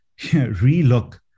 relook